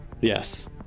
Yes